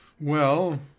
Well